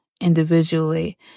individually